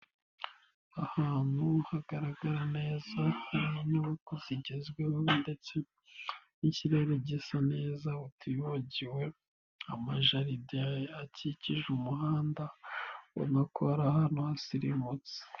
Ahantu hagaragara neza hari n'inyubako zigezweho ndetse n'ikirere gisa neza utibagiwe amajaride akikije umuhanda, ubona ko ari ahantu hasirimutse.